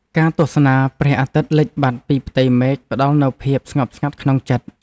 ការទស្សនាព្រះអាទិត្យលិចបាត់ពីផ្ទៃមេឃ ផ្តល់នូវភាពស្ងប់ស្ងាត់ក្នុងចិត្ត។